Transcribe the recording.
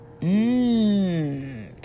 Mmm